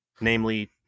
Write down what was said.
Namely